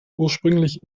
ursprünglich